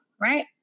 right